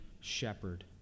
shepherd